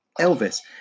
Elvis